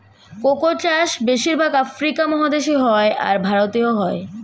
cocoa চাষ বেশির ভাগ আফ্রিকা মহাদেশে হয়, আর ভারতেও হয়